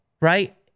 Right